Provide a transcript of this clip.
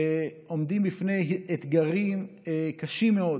עומדים לפני אתגרים קשים מאוד